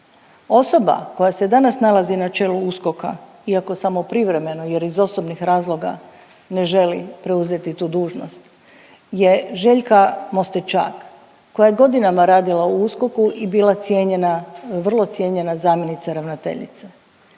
osoba koja se danas nalazi na čelu USKOK-a, iako samo privremeno jer iz osobnih razloga ne želi preuzeti tu dužnost je Željka Mostečak koja je godinama radila u USKOK-u i bila cijenjena vrlo cijenjena zamjenica ravnateljice.